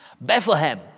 Bethlehem